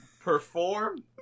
Perform